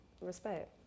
respect